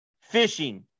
fishing